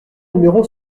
numéro